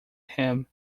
him